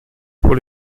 pour